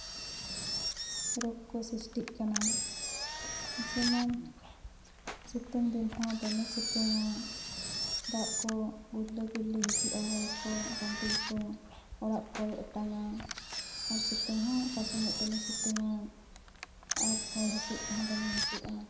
ᱨᱳᱜᱽ ᱠᱚ ᱥᱨᱤᱥᱴᱤᱜ ᱠᱟᱱᱟ ᱡᱮᱢᱚᱱ ᱥᱤᱛᱩᱝ ᱫᱤᱱ ᱦᱚᱸ ᱫᱚᱢᱮ ᱥᱤᱛᱩᱝᱟ ᱫᱟᱜ ᱠᱚ ᱜᱩᱨᱞᱟᱹ ᱜᱩᱨᱞᱤ ᱦᱤᱡᱩᱜᱼᱟ ᱦᱚᱭ ᱠᱚ ᱵᱷᱟᱱᱰᱳᱞ ᱠᱚ ᱚᱲᱟᱜ ᱠᱚᱭ ᱚᱴᱟᱝᱟ ᱟᱨ ᱥᱤᱛᱩᱝ ᱦᱚᱸ ᱚᱠᱟ ᱥᱚᱢᱚᱭ ᱫᱚᱢᱮᱭ ᱥᱤᱛᱩᱝᱟᱭ ᱟᱨ ᱦᱚᱭ ᱦᱤᱸᱥᱤᱫ ᱠᱚᱦᱚᱸ ᱫᱚᱢᱮ ᱦᱤᱡᱩᱜᱼᱟ